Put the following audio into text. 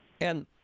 And-